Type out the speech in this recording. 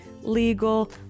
legal